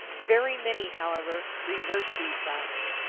very many, however, reverse these signs.